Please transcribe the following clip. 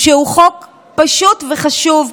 שהוא חוק פשוט וחשוב.